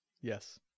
Yes